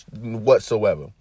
whatsoever